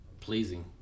pleasing